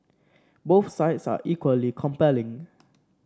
both sides are equally compelling